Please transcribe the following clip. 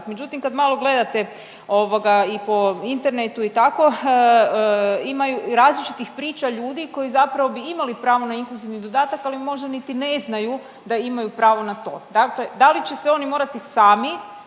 Međutim, kad malo gledate i po internetu i tako ima različitih priča ljudi koji zapravo bi imali pravo na inkluzivni dodatak, ali možda niti ne znaju da imaju pravo na to. Dakle, da li će se oni morati sami